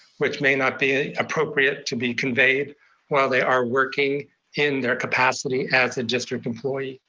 which may not be appropriate to be conveyed while they are working in their capacity as a district employee.